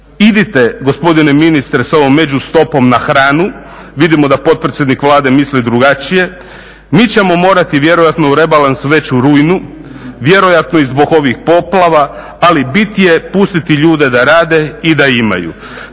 idite gospodine ministre sa ovom međustopom na hranu. Vidimo da potpredsjednik Vlade misli drugačije. Mi ćemo morati vjerojatno u rebalans već u rujnu, vjerojatno i zbog ovih poplava, ali bit je pustiti ljude da rade i da imaju.